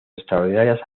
extraordinarias